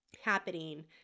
happening